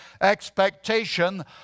expectation